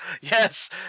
yes